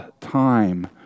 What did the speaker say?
time